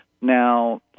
Now